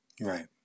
right